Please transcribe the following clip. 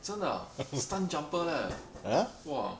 真的 ah stumpjumper leh !wah!